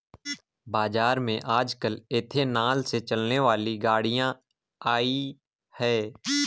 बाज़ार में आजकल एथेनॉल से चलने वाली गाड़ियां आई है